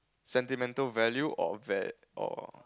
sentimental value or va~ or